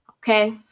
Okay